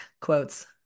quotes